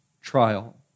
trial